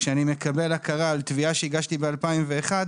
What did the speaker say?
כשאני מקבל הכרה על תביעה שהגשתי ב-2001,